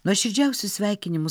nuoširdžiausius sveikinimus